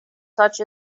such